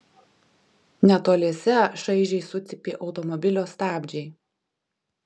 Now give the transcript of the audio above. netoliese šaižiai sucypė automobilio stabdžiai